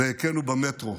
והיכנו במטרו.